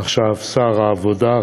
עכשיו שר העבודה,